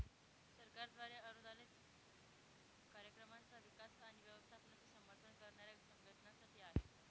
सरकारद्वारे अनुदानित कार्यक्रमांचा विकास आणि व्यवस्थापनाचे समर्थन करणाऱ्या संघटनांसाठी आहे